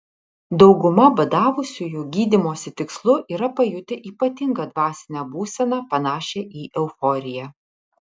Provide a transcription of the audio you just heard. dauguma badavusiųjų gydymosi tikslu yra pajutę ypatingą dvasinę būseną panašią į euforiją